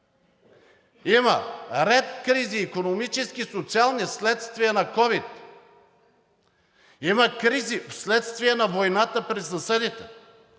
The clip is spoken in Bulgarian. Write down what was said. има ред кризи: икономически, социални, вследствие на ковид, има кризи вследствие на войната при съседите.